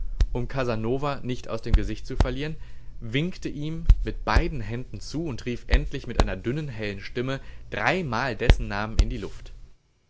um casanova nicht aus dem gesicht zu verlieren winkte ihm mit beiden händen zu und rief endlich mit einer dünnen hellen stimme dreimal dessen namen in die luft